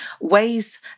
ways